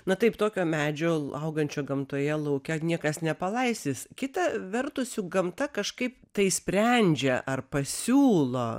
na taip tokio medžio augančio gamtoje lauke niekas nepalaistys kita vertus jau gamta kažkaip tai sprendžia ar pasiūlo